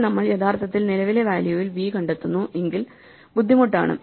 അപ്പോൾ നമ്മൾ യഥാർത്ഥത്തിൽ നിലവിലെ വാല്യൂവിൽ v കണ്ടെത്തുന്നു എങ്കിൽ ബുദ്ധിമുട്ടാണ്